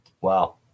Wow